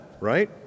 right